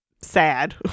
sad